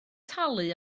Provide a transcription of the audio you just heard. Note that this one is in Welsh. talu